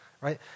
right